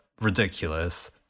ridiculous